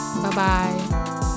Bye-bye